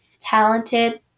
talented